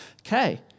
Okay